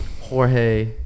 jorge